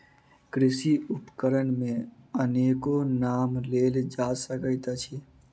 कृषि उपकरण मे अनेको नाम लेल जा सकैत अछि